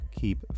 keep